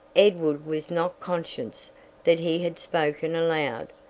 edward was not conscious that he had spoken aloud,